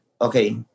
okay